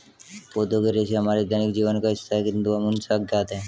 पौधों के रेशे हमारे दैनिक जीवन का हिस्सा है, किंतु हम उनसे अज्ञात हैं